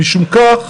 משום כך,